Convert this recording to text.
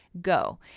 Go